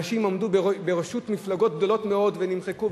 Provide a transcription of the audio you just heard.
אנשים עמדו בראשות מפלגות גדולות מאוד ונמחקו,